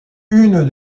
une